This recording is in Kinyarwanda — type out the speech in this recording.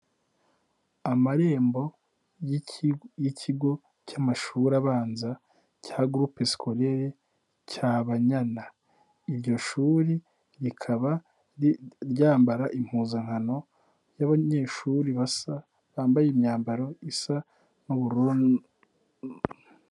Amarembo y'ikigo cy'amashuri abanza cya groupe scolaire Cyabanyana, iryo shuri rikaba ryambara impuzankano y'abanyeshuri basa, bambaye imyambaro isa n'ubururu.